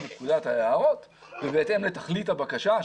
כבפקודת היערות ובהתאם לתכלית הבקשה,